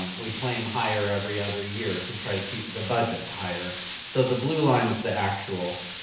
we claim higher every other year to try to keep the budget higher. so the blue line's the actual.